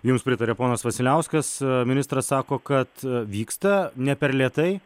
jums pritarė ponas vasiliauskas ministras sako kad vyksta ne per lėtai